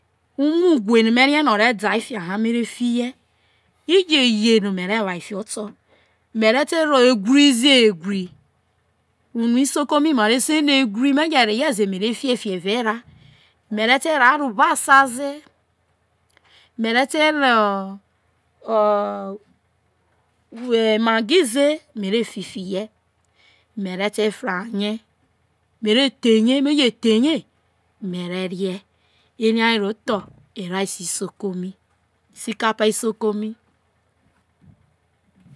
umu uwe no̱ me rie no o re da fa ha me re fiho̱ e je ye no mere wa fiho oto̱ me re te ro̱ ewize ewi unu isoko mi ma ɛe ewi me je reho ze me ve fi fiho evae erae me re te ro arubasa ze me re te reho o̱o̱b emagi ze me ve fihe me re ti fra he me re ti the ye me re re̱ are ma ro tne erace isoko mi iscapa isoko mi.